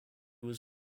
was